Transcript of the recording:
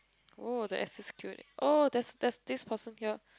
oh the assist good oh there's there's this person here